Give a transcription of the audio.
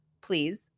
please